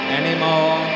anymore